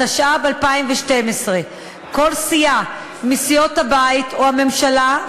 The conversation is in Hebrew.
התשע"ב 2012. כל סיעה מסיעות הבית או הממשלה,